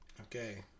Okay